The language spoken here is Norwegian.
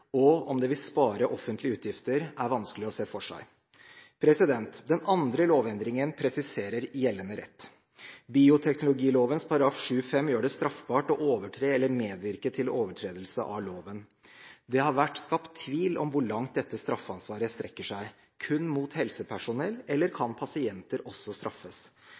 og om det vil spare offentlige utgifter, er vanskelig å se for seg. Den andre lovendringen presiserer gjeldende rett. Bioteknologiloven § 7-5 gjør det straffbart å overtre eller medvirke til overtredelse av loven. Det har vært skapt tvil om hvor langt dette straffeansvaret strekker seg – kun mot helsepersonell, eller kan pasienter også straffes?